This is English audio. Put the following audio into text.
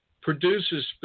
produces